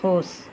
खुश